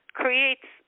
creates